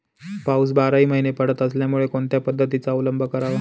पाऊस बाराही महिने पडत असल्यामुळे कोणत्या पद्धतीचा अवलंब करावा?